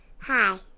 Hi